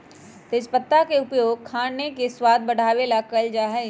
तेजपत्ता के उपयोग खाने के स्वाद बढ़ावे ला कइल जा हई